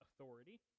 authority